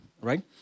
right